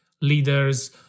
leaders